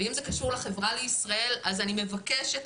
ואם זה קשור לחברה לישראל אז אני מבקשת,